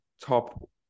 top